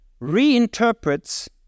reinterprets